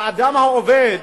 שאדם עובד,